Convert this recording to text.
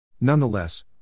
Nonetheless